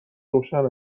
روشن